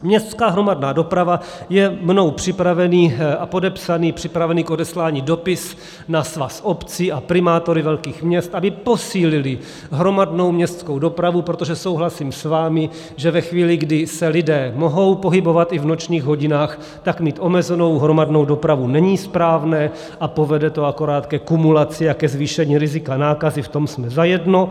Městská hromadná doprava je mnou připravený a podepsaný, připravený k odeslání dopis na Svaz obcí a primátory velkých měst, aby posílili hromadnou městskou dopravu, protože souhlasím s vámi, že ve chvíli, kdy se lidé mohou pohybovat i v nočních hodinách, tak mít omezenou hromadnou dopravu není správné a povede to akorát ke kumulaci a ke zvýšení rizika nákazy, v tom jsme zajedno.